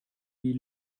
die